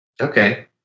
Okay